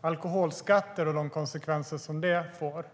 alkoholskatten och de konsekvenser den får.